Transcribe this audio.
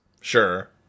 Sure